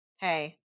hey